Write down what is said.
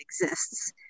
exists